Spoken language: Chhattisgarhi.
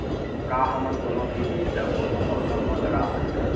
का हमन कोनो भी बीज ला कोनो मौसम म लगा सकथन?